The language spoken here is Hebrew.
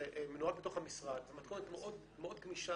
זה מנוהל בתוך המשרד במתכונת מאוד גמישה.